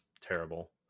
terrible